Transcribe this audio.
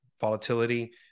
volatility